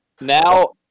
now